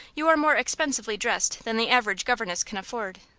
you are more expensively dressed than the average governess can afford.